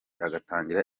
agatangira